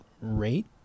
rate